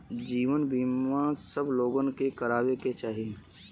जीवन बीमा सब लोगन के करावे के चाही